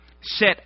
set